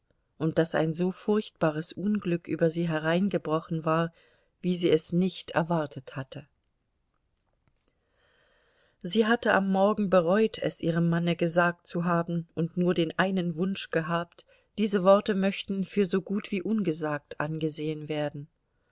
und daß ein so furchtbares unglück über sie hereingebrochen war wie sie es nicht erwartet hatte sie hatte am morgen bereut es ihrem manne gesagt zu haben und nur den einen wunsch gehabt diese worte möchten für so gut wie ungesagt angesehen werden